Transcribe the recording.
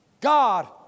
God